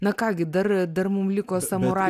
na ką gi dar dar mum liko samura